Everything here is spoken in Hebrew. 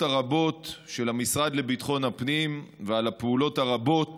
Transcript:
הרבות של המשרד לביטחון הפנים ועל הפעולות הרבות